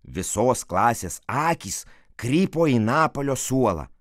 visos klasės akys krypo į napalio suolą